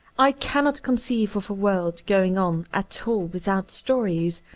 i cannot conceive of a world going on at all without stories,